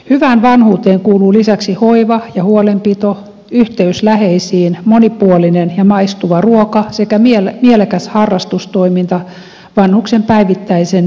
hyvään vanhuuteen kuuluu lisäksi hoiva ja huolenpito yhteys läheisiin monipuolinen ja maistuva ruoka sekä mielekäs harrastustoiminta vanhuksen päivittäisen jaksamisen mukaan